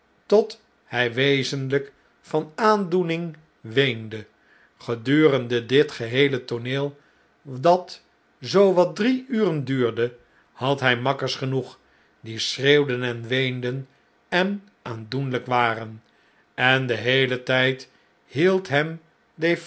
tot mjwezenln'k van aandoening weende gedurende dit heele tooneel dat zoo wat drie uren duurde had hjj makkers genoeg die schreeuwden en weenden en aandoenlijk waren en den heelen tijd hield hem